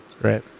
Right